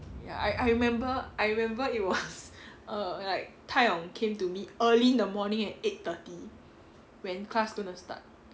ya I I remember I remember it was err like tai yong came to me early in the morning at eight thirty when class going to start